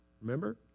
remember